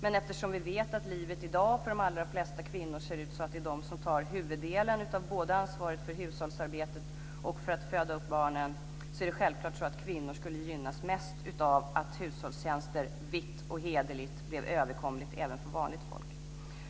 Men eftersom vi vet att livet i dag för de allra flesta kvinnor ser ut på ett sådant sätt att det är de som tar huvuddelen av både ansvaret för hushållsarbetet och för att föda upp barnen är det självklart så att kvinnor skulle gynnas mest av att hushållstjänster vitt och hederligt blev överkomliga även för vanligt folk.